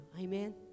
amen